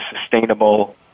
sustainable